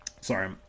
Sorry